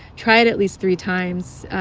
try it at least three times.